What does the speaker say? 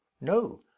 no